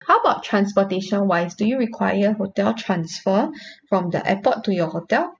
how about transportation wise do you require hotel transfer from the airport to your hotel